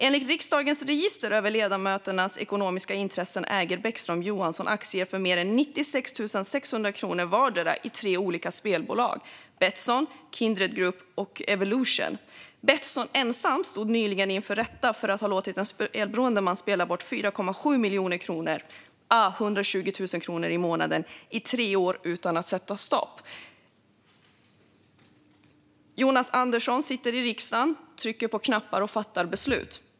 Enligt riksdagens register över ledamöternas ekonomiska intressen äger Bäckström Johansson aktier för mer än 96 600 kronor vardera i tre olika spelbolag: Betsson, Kindered Group och Evolution. Betsson ensamt stod nyligen inför rätta för att ha låtit en spelberoende man spela bort 4,7 miljoner kronor à 120 000 kronor i månaden i tre år utan att sätta stopp. Jonas Andersson sitter i riksdagen, trycker på knappar och fattar beslut.